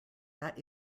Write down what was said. that